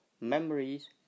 memories